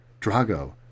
Drago